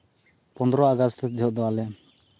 ᱯᱚᱱᱮᱨᱚ ᱟᱜᱚᱥᱴ ᱡᱚᱠᱷᱮᱡ ᱫᱚ ᱟᱞᱮ